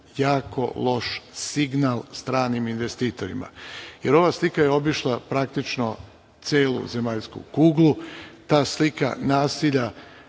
jako loš signal stranim investitorima. Ova slika je obišla praktično celu zemaljsku kuglu, ta slika nasilja